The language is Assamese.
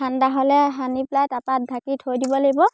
ঠাণ্ডা হ'লে সানি পেলাই তাৰপৰা ঢাকি থৈ দিব লাগিব